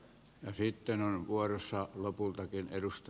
me sitten on vuorossa on lopultakin edusti